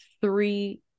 three